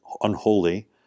unholy